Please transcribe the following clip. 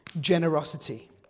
generosity